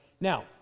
Now